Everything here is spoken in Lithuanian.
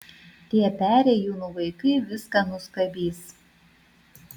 tie perėjūnų vaikai viską nuskabys